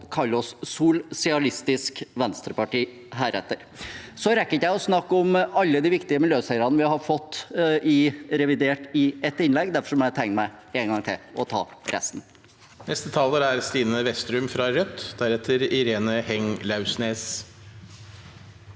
godt kalle oss Solsialistisk Venstreparti heretter. Jeg rekker ikke å snakke om alle de viktige miljøseirene vi har fått i revidert, i ett innlegg. Derfor må jeg tegne meg en gang til og ta resten.